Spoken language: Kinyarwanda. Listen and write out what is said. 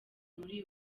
muri